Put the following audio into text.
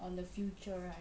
on the future right